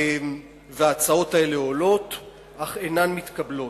וההצעות האלה עולות אך אינן מתקבלות.